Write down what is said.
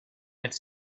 its